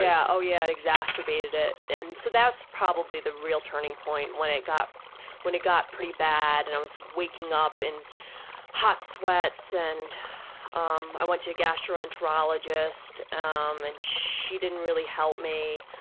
yeah oh yeah, it exacerbated it. and so that's probably the real turning point, when it got when it got pretty bad and i was waking up in hot sweats and um i went to a gastroenterologist, um and she didn't really help me,